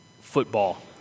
football